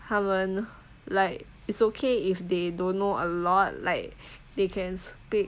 他们 like it's okay if they don't know a lot like they can speak